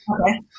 Okay